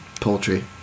poultry